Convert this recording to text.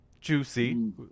Juicy